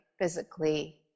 physically